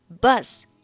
Bus